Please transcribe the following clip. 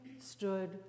stood